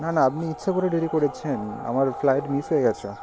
না না আপনি ইচ্ছে করে দেরি করেছেন আমার ফ্লাইট মিস হয়ে গিয়েছে